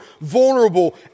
vulnerable